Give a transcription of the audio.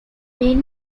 many